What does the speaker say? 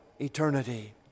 eternity